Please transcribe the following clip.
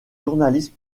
journaliste